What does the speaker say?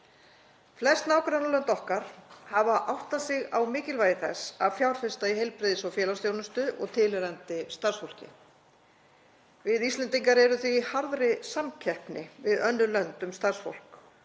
Flest nágrannalönd okkar hafa áttað sig á mikilvægi þess að fjárfesta í heilbrigðis- og félagsþjónustu og tilheyrandi starfsfólki. Við Íslendingar erum því í harðri samkeppni við önnur lönd um starfsfólk.